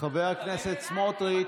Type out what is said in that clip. חבר הכנסת סמוטריץ',